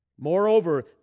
Moreover